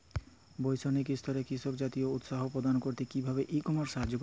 বৈষয়িক স্তরে কৃষিকাজকে উৎসাহ প্রদান করতে কিভাবে ই কমার্স সাহায্য করতে পারে?